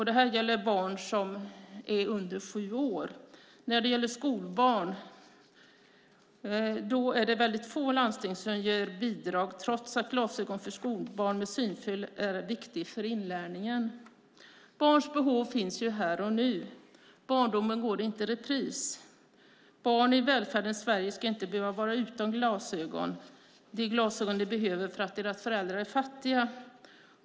Det gäller barn som är under sju år. För skolbarn är det få landsting som ger bidrag, trots att glasögon för skolbarn med synfel är viktigt för inlärningen. Barns behov finns här och nu. Barndomen går inte i repris. Barn i välfärdens Sverige ska inte behöva vara utan de glasögon de behöver för att deras föräldrar är fattiga.